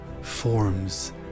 forms